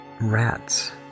rats